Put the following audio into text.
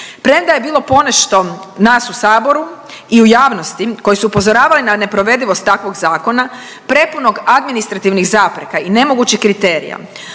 Premda je bilo ponešto nas u saboru i u javnosti koji su upozoravali na neprovedivost takvog zakona prepunog administrativnih zapreka i nemogućih kriterija,